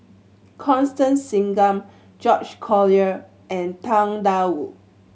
Constance Singam George Collyer and Tang Da Wu